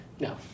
No